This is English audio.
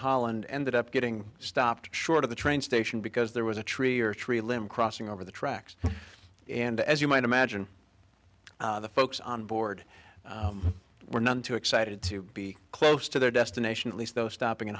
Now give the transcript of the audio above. holland ended up getting stopped short of the train station because there was a tree or tree limb crossing over the tracks and as you might imagine folks on board were none too excited to be close to their destination at least those stopping in